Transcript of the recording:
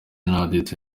nanditse